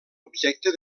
objecte